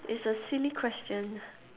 it's a silly question